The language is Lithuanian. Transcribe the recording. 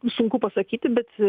sunku pasakyti bet